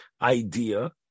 idea